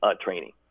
training